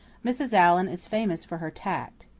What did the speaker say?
mrs. allan is famous for her tact.